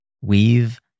weave